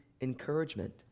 encouragement